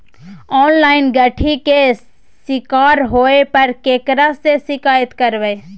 Online ठगी के शिकार होय पर केकरा से शिकायत करबै?